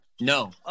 No